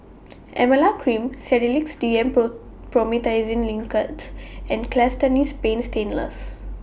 Emla Cream Sedilix D M Promethazine Linctus and Castellani's Paint Stainless